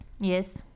Yes